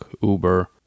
Uber